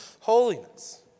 holiness